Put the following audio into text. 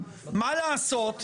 מה לעשות,